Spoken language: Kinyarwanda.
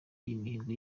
imihigo